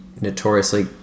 notoriously